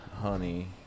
Honey